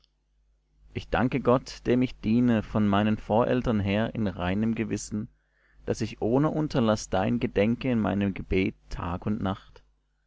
ich danke gott dem ich diene von meinen voreltern her in reinem gewissen daß ich ohne unterlaß dein gedenke in meinem gebet tag und nacht